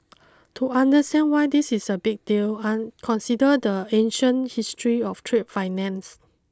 to understand why this is a big deal and consider the ancient history of trade finance